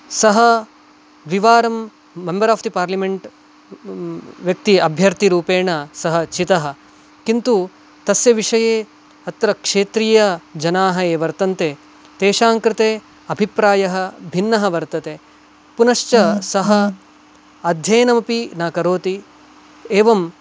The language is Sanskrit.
सः द्विवारं मेम्बर् आफ् दि पार्लिमेण्ट् व्यक्ति अभ्यर्थिरूपेण सः चितः किन्तु तस्य विषये अत्र क्षेत्रीयजनाः ये वर्तन्ते तेषां कृते अभिप्रायः भिन्नः वर्तते पुनश्च सः अध्ययनमपि न करोति एवं